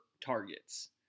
targets